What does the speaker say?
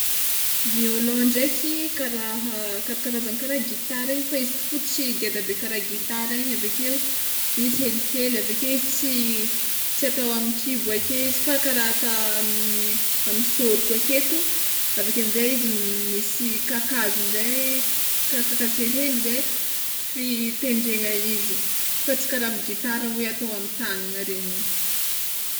Violon ndraiky kara karakarazany kara gitara igny fa izy fô tsy ngeda be kara gitara igny, avekeo izy helihely aveke izy tsy tsy atao amy kibo ake izy fa kara atao amy sôroko aketo aveke amizay izy misy kakazo zay kakakakazo helibhely zay fitendrena izy fa tsy kara amy gitara hoe atao amy tagnagna regny igny.